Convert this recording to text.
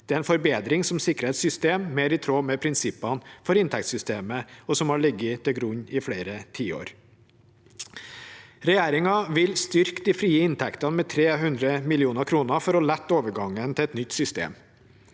Det er en forbedring som sikrer et system mer i tråd med prinsippene for inntektssystemet, og som har ligget til grunn i flere tiår. Regjeringen vil styrke de frie inntektene med 300 mill. kr for å lette overgangen til et nytt system.